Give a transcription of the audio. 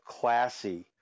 classy